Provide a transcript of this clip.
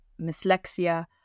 Mislexia